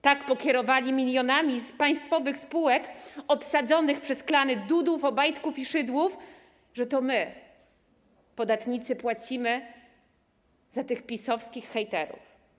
Tak pokierowali milionami z państwowych spółek obsadzonych przez klany Dudów, Obajtków i Szydłów, że to my, podatnicy, płacimy za tych PiS-owskich hejterów.